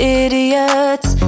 idiots